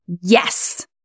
Yes